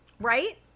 Right